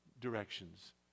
directions